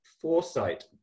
Foresight